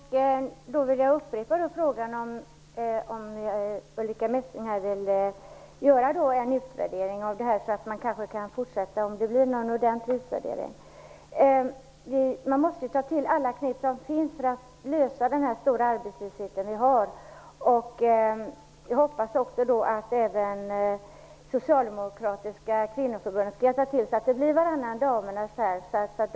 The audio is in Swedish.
Herr talman! Då vill jag upprepa frågan om Ulrica Messing vill göra en ordentlig utvärdering av det här, så att man kan fortsätta. Man måste ta till alla knep som finns för att lösa den stora arbetslöshet som vi har. Jag hoppas att även Socialdemokratiska kvinnoförbundet skall hjälpa till, så att det blir varannan damernas.